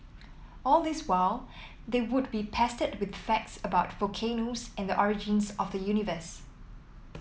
all this while they would be pestered with facts about volcanoes and the origins of the universe